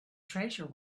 treasure